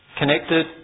connected